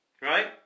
Right